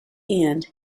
end